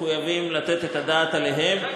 מחויבים לתת את הדעת עליהן,